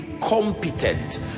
competent